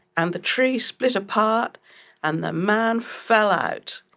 and the tree split apart and the man fell out.